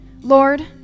Lord